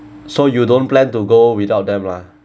so you don't plan to go without them lah